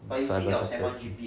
cybersecurity